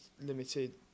limited